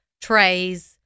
trays